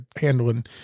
handling